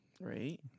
Right